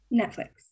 netflix